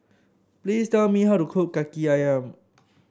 please tell me how to cook Kaki ayam